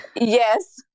Yes